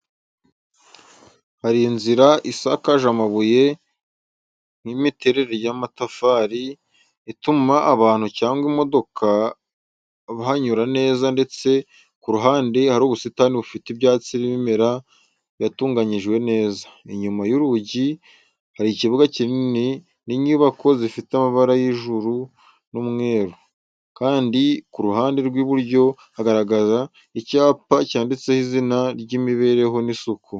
Hari inzira isakaje amabuye y’imiterere y'amatafari, ituma abantu cyangwa imodoka bahanyura neza, ndetse ku ruhande hari ubusitani bufite ibyatsi n’ibimera byatunganyijwe neza. Inyuma y’urugi, hari ikibuga kinini n’inyubako zifite amabara y’ijuru n’umweru, kandi ku ruhande rw’iburyo hagaragara icyapa cyanditseho izina ry'imibereho n’isuku.